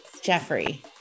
jeffrey